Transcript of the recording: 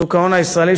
שוק ההון הישראלי,